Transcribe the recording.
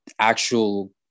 actual